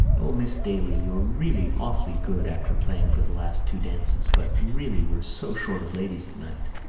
o, miss daly, you're really awfully good, after playing for the last two dances, but really we're so short of ladies tonight.